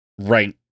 right